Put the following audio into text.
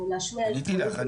עניתי לך,